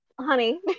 honey